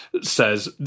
says